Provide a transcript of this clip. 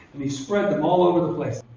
and he spread them all over the place.